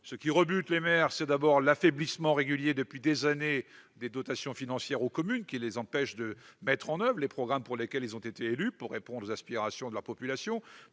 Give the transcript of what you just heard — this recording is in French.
fondamentalement. Premièrement, l'affaiblissement régulier depuis des années des dotations financières aux communes les empêche de mettre en oeuvre les programmes pour lesquels ils ont été élus afin de répondre aux aspirations de la population.